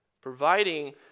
providing